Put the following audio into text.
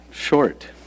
short